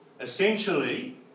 essentially